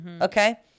Okay